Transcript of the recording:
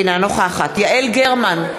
אינה נוכחת יעל גרמן,